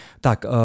Tak